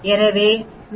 எனவே நான் 3